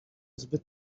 zbyt